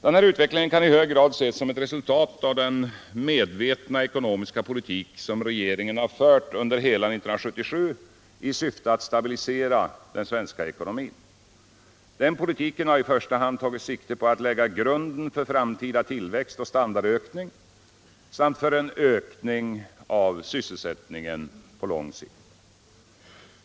Den här utvecklingen kan i hög grad ses som ett resultat av den medvetna ekonomiska politik som regeringen har fört under hela 1977 i syfte att stabilisera den svenska ekonomin. Denna politik har i första hand tagit sikte på att lägga grunden för framtida tillväxt och standardökning samt för en ökning av sysselsättningen på lång sikt.